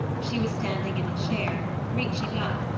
she was standing in a chair, reaching up,